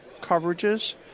coverages